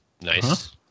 Nice